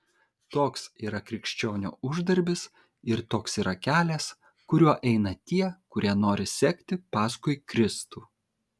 toks yra krikščionio uždarbis ir toks yra kelias kuriuo eina tie kurie nori sekti paskui kristų